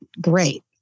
great